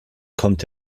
kommt